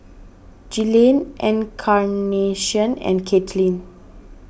Glynn Encarnacion and Katelin